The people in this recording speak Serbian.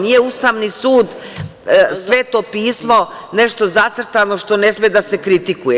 Nije Ustavni sud Sveto pismo, nešto zacrtano što ne sme da se kritikuje.